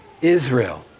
Israel